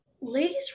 Ladies